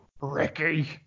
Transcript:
Ricky